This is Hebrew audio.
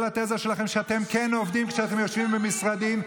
כל התזה שלכם שאתם כן עובדים כשאתם יושבים במשרדים,